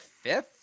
fifth